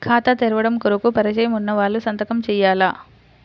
ఖాతా తెరవడం కొరకు పరిచయము వున్నవాళ్లు సంతకము చేయాలా?